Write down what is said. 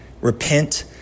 Repent